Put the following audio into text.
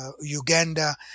Uganda